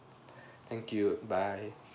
thank you bye